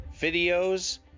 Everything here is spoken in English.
videos